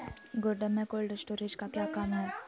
गोडम में cold storage का क्या काम है?